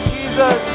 Jesus